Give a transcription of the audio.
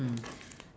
mm